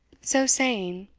so saying,